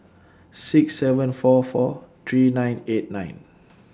six seven four four three nine eight nine